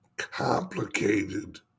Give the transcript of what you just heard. complicated